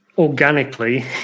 organically